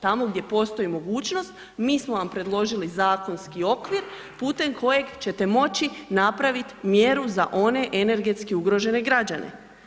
Tamo gdje postoji mogućnost mi smo vam predložili zakonski okvir putem kojeg ćete moći napraviti mjeru za one energetski ugrožene građane.